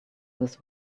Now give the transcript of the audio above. this